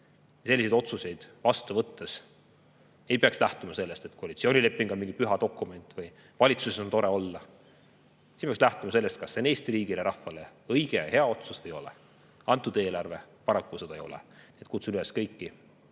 Selliseid otsuseid vastu võttes ei peaks lähtuma sellest, et koalitsioonileping on mingi püha dokument või et valitsuses on tore olla. Siin peaks lähtuma sellest, kas see on Eesti riigile ja rahvale õige ja hea otsus või ei ole. Antud eelarve paraku seda ei ole. Nii et kutsun üles kõiki